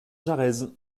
jarez